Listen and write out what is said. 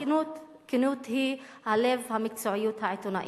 הכנות היא לב המקצועיות העיתונאית.